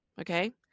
Okay